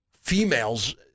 females